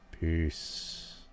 Peace